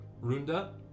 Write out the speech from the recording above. Runda